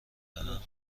دهم